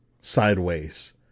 sideways